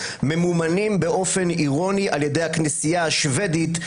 ממומנים באופן אירוני על ידי הכנסייה השבדית,